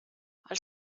els